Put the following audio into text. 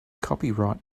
copyright